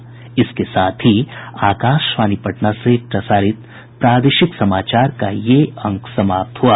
इसके साथ ही आकाशवाणी पटना से प्रसारित प्रादेशिक समाचार का ये अंक समाप्त हुआ